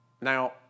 now